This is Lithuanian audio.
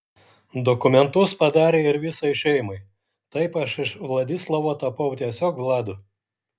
dokumentus padarė ir visai šeimai taip aš iš vladislavo tapau tiesiog vladu